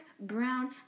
brown